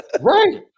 right